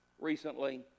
recently